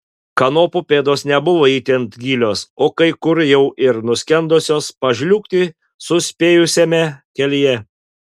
kanopų pėdos nebuvo itin gilios o kai kur jau ir nuskendusios pažliugti suspėjusiame kelyje